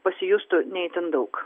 pasijustų ne itin daug